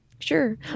Sure